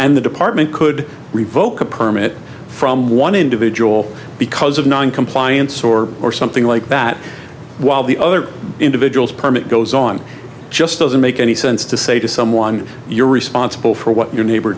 and the department could revoke a permit from one individual because of noncompliance or or something like that while the other individuals permit goes on just doesn't make any sense to say to someone you're responsible for what your neighbor